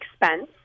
expense